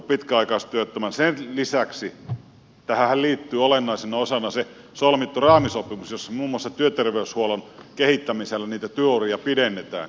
sen lisäksi tähänhän liittyy olennaisena osana se solmittu raamisopimus jossa muun muassa työterveyshuollon kehittämisellä niitä työuria pidennetään